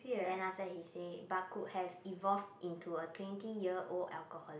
then after that he say but could have evolved into a twenty year old alcoholic